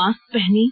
mask पहनें